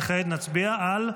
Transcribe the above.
וכעת נצביע על?